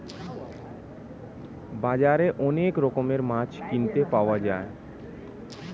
বাজারে অনেক রকমের মাছ কিনতে পাওয়া যায়